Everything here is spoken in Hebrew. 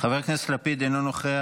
חבר הכנסת לפיד, אינו נוכח.